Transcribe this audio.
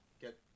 get